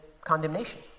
condemnation